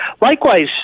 Likewise